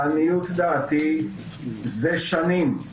לעניות דעתי, זה שנים,